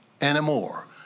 anymore